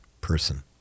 person